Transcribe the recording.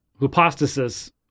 hypostasis